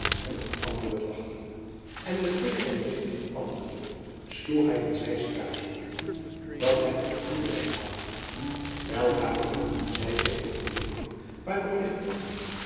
en op het antwoord wachten en met-een van richting veranderende sloeg hy een zijstraatjen in dat hen op den denneweg bracht weldra bevonden zy zich voor een winkel waar nog licht brandde